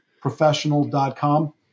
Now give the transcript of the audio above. professional.com